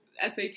SAT